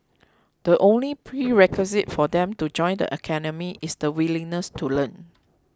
the only prerequisite for them to join the academy is the willingness to learn